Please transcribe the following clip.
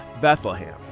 Bethlehem